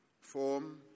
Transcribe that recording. form